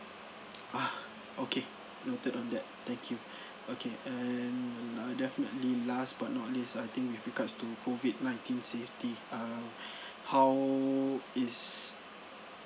ah okay noted on that thank you okay and uh definitely last but not least I think with regards to COVID nineteen safety uh how is